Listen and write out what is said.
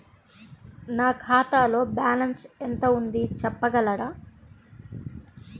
నా ఖాతాలో బ్యాలన్స్ ఎంత ఉంది చెప్పగలరా?